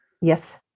Yes